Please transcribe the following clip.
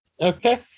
okay